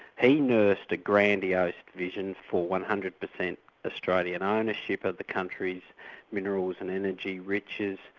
he nursed a grandiose vision for one hundred percent australian ownership of the country's minerals and energy riches,